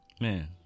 Man